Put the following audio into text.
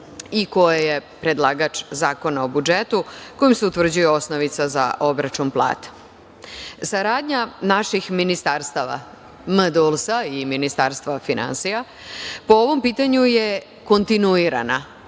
koje je i predlagač Zakona o budžetu kojim se utvrđuju osnovica za obračun plata. Saradnja naših ministarstava, MDULS-a i Ministarstva finansija, po ovom pitanju, je kontinuirana,